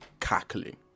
cackling